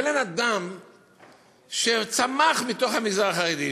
אבל אין אדם שצמח מתוך המגזר החרדי,